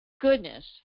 goodness